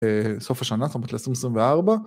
‫סוף השנה, זאת אומרת, ‫ל-2024.